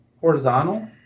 horizontal